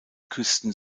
küsten